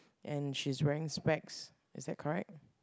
and she's wearing specs is that correct